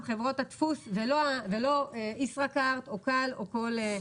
חברות הדפוס ולא ישראכארד או כאל וכולי.